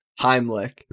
Heimlich